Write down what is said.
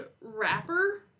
rapper